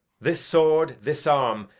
this sword, this arm,